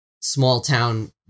small-town